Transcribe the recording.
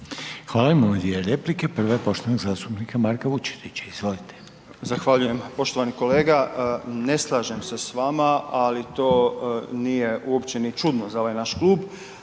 Hvala. Imamo dvije replike, prva je poštovanog zastupnika Marka Vučetića. Izvolite. **Vučetić, Marko (Nezavisni)** Zahvaljujem. Poštovani kolega. Ne slažem se s vama, ali to nije uopće ni čudno za ovaj naš klub